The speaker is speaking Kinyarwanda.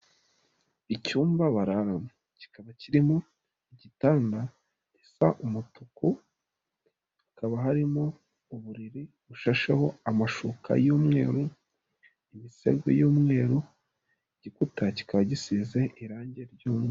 Icyumba bararamo kikaba kirimo igitanda isa umutuku, hakaba harimo uburiri bushasheho amashuka y'umweru, imisego y'umweru, igikuta kikaba gisize irangi ry'umweru.